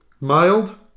Mild